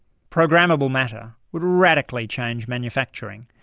programmable matter would radically change manufacturing,